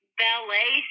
ballet